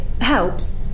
helps